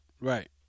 right